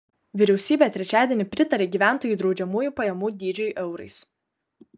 vyriausybė trečiadienį pritarė gyventojų draudžiamųjų pajamų dydžiui euras